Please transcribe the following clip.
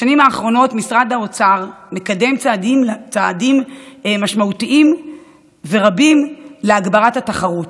בשנים האחרונות משרד האוצר מקדם צעדים משמעותיים ורבים להגברת התחרות.